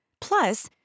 plus